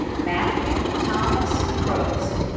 matthew thomas probst.